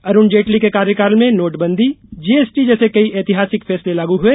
अरुण जेटली के कार्यकाल में नोटबंदी जीएसटी जैसे कई ऐतिहासिक फैसले लागू हुए